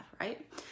right